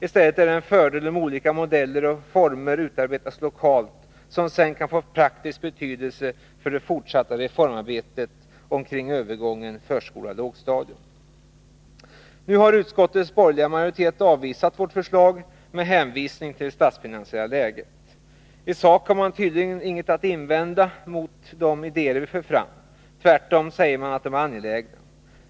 I stället är det en fördel om olika modeller och former utarbetas lokalt som sedan kan få praktisk betydelse för det fortsatta reformarbetet kring övergången förskola-lågstadium. Nu har utskottets borgerliga majoritet avvisat vårt förslag med hänvisning till det statsfinansiella läget. I sak har man tydligen inget att invända mot de idéer vi för fram. Tvärtom säger man att de är angelägna.